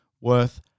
worth